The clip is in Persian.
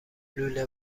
لوله